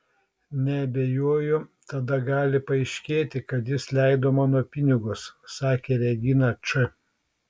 neabejoju tada gali paaiškėti kad jis leido mano pinigus sakė regina č